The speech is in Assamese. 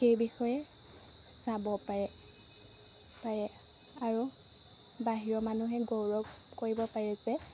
সেই বিষয়ে চাব পাৰে পাৰে আৰু বাহিৰৰ মানুহে গৌৰৱ কৰিব পাৰে যে